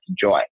joy